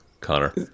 Connor